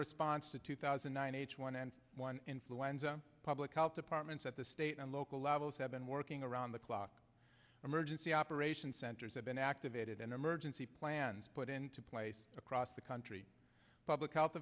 response to two thousand one hundred one and one influenza public health departments at the state and local levels have been working around the clock emergency operation centers have been activated and emergency plans put into place across the country public health